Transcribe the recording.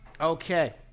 Okay